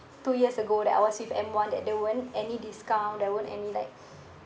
two years ago that I was with M one that there weren't any discount there weren't any like